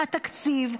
התקציב,